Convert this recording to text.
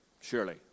surely